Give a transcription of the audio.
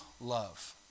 love